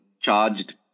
charged